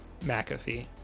McAfee